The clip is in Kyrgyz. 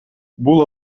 бул